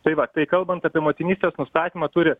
tai va tai kalbant apie motinystės nustatymą turi